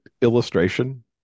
illustration